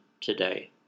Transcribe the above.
today